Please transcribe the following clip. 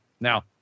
Now